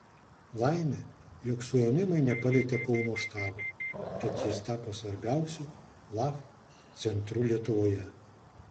laimė jog suėmimai nepalietė kauno štabo tad jis tapo svarbiausiu laf centru lietuvoje